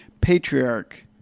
Patriarch